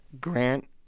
Grant